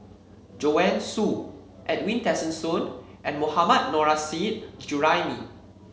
Joanne Soo Edwin Tessensohn and Mohammad Nurrasyid Juraimi